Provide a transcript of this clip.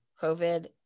COVID